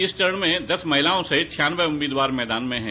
इस चरण में दस महिलाओं सहित छियानवें उम्मीदवार मैदान में हैं